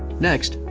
next,